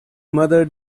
mother